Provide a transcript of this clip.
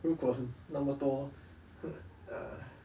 如果那么多 h~ err